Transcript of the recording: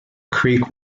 creek